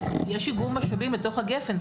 איגום משאבים בתוך הגפ"ן.